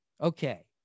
okay